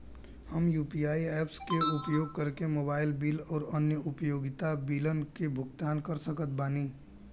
हम UPI apps के उपयोग करके मोबाइल बिल आउर अन्य उपयोगिता बिलन के भुगतान कर सकत बानी